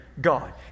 God